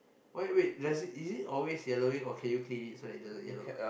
why wait does it is it always yellowing or can you clean it so it doesn't yellow